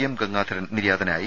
M Gangadharan നിര്യാതനായി